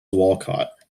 walcott